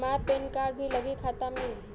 हमार PAN card भी लगी खाता में?